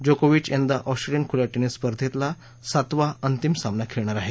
जोकोविच यंदा ऑस्ट्रेलियन खुल्या टेनिस स्पर्धेतला सातवा अंतिम सामना खेळणार आहे